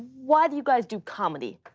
why do you guys do comedy?